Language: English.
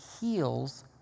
heals